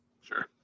Sure